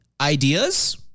ideas